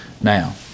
now